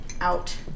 out